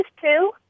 two